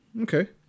Okay